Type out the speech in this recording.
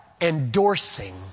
endorsing